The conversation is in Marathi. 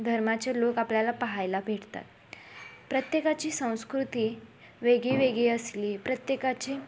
धर्माचे लोक आपल्याला पाहायला भेटतात प्रत्येकाची संस्कृती वेगळीवेगळी असली प्रत्येकाची